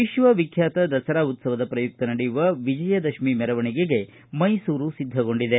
ವಿಶ್ವವಿಖ್ವಾತ ದಸರಾ ಉತ್ಸವದ ಶ್ರಯುಕ್ತ ನಡೆಯುವ ವಿಜಯದಶಮಿ ಮೆರವಣಿಗೆಗೆ ಮೈಸೂರು ಸಿದ್ದಗೊಂಡಿದೆ